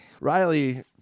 Riley